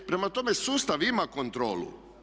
Prema tome sustav ima kontrolu.